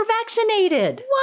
vaccinated